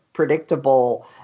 Predictable